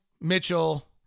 Mitchell